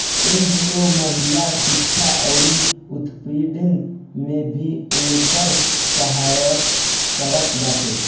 NGO महिला शिक्षा अउरी उत्पीड़न में भी उनकर सहायता करत बाटे